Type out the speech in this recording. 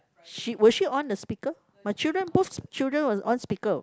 she will she on the speaker my children both children will on speaker